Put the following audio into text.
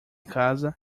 casa